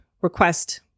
request